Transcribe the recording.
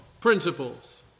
Principles